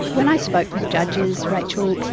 when i spoke with judges, rachel,